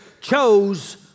chose